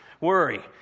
Worry